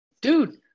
Dude